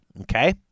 Okay